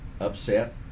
upset